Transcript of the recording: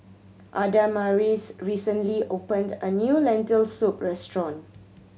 Adamaris recently opened a new Lentil Soup restaurant